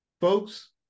folks